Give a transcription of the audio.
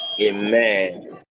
amen